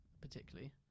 particularly